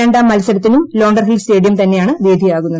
രണ്ടാം മത്സരത്തിനും Lauderhill stadium തന്നെയാണ് വേദിയാകുന്നത്